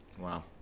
Wow